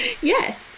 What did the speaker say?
Yes